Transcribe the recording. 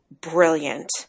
brilliant